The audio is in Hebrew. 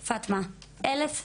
פטמה: 1,000 שקל.